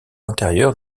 intérieur